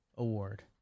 Award